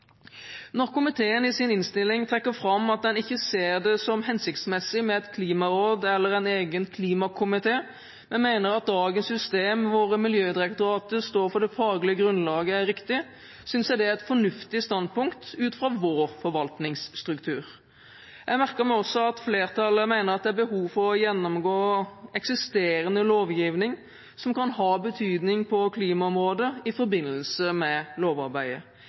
Når komiteen i sin innstilling trekker fram at den ikke ser det som hensiktsmessig med et klimaråd eller en egen klimakomité, men mener at dagens system, hvor Miljødirektoratet står for at det faglige grunnlaget er riktig, synes jeg det er et fornuftig standpunkt, ut fra vår forvaltningsstruktur. Jeg merker meg også at flertallet mener at det er behov for å gjennomgå eksisterende lovgivning som kan ha betydning på klimaområdet, i forbindelse med lovarbeidet.